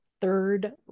third